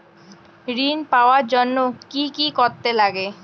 ঋণ পাওয়ার জন্য কি কি করতে লাগে?